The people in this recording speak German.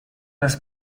das